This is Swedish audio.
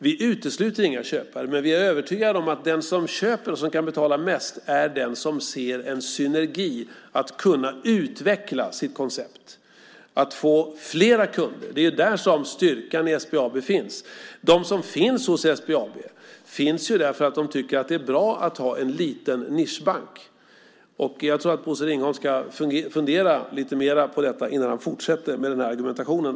Vi utesluter inga köpare, men vi är övertygade om att den som köper, och kan betala mest, är den som också ser synergieffekterna av att utveckla konceptet, att få fler kunder. Det är där styrkan i SBAB finns. De som finns hos SBAB finns där just för att de tycker att det är bra med en liten nischbank. Jag tror att Bosse Ringholm ska fundera lite mer på detta innan han fortsätter den argumentationen.